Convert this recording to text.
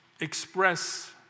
express